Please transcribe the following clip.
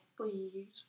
Please